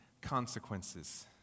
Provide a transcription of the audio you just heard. Consequences